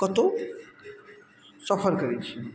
कतहु सफर करय छी